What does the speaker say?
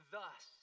Thus